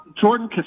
Jordan